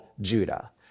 Judah